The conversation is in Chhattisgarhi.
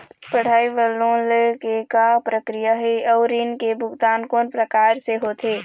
पढ़ई बर लोन ले के का प्रक्रिया हे, अउ ऋण के भुगतान कोन प्रकार से होथे?